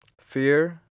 fear